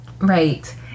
Right